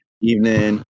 Evening